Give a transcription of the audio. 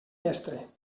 mestre